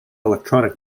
electronic